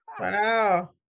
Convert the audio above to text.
wow